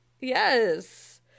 Yes